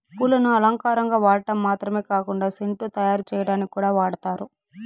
పూలను అలంకారంగా వాడటం మాత్రమే కాకుండా సెంటు తయారు చేయటానికి కూడా వాడతారు